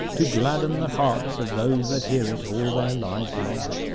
to gladden the hearts of those that hear it all their lives long.